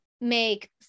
make